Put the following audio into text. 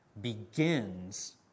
begins